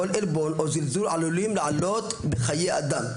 כל עלבון או זלזול עלולים לעלות בחיי אדם.